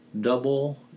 double